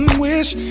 wish